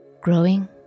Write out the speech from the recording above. growing